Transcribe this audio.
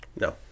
No